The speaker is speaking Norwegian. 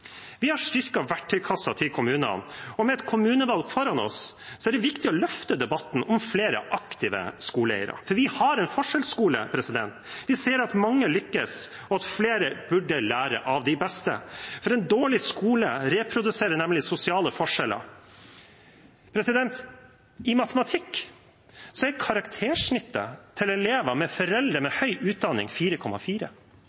Vi har styrket verktøykassen til kommunene, og med et kommunevalg foran oss er det viktig å løfte debatten om flere aktive skoleeiere. For vi har en forskjellsskole. Vi ser at mange lykkes, og at flere burde lære av de beste. En dårlig skole reproduserer nemlig sosiale forskjeller. I matematikk er karaktersnittet til elever med foreldre med